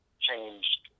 changed